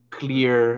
clear